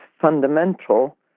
fundamental